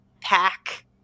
pack